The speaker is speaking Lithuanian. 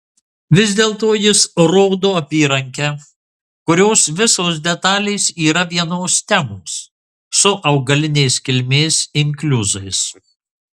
vis dėlto jis rodo apyrankę kurios visos detalės yra vienos temos su augalinės kilmės inkliuzais